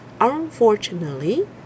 Unfortunately